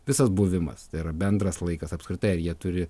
visas buvimas tai yra bendras laikas apskritai ar jie turi